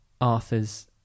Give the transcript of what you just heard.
arthur's